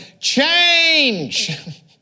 change